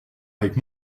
avec